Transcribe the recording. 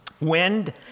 Wind